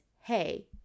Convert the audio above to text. hey